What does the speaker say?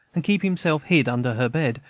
and keep himself hid under her bed,